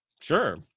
Sure